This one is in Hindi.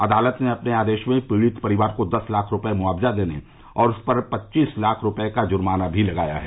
अदालत ने अपने आदेश में पीड़ित परिवार को दस लाख रूपये मुआवजा देने और उस पर पच्चीस लाख रूपये का जुर्माना भी लगाया है